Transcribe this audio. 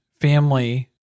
family